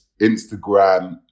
instagram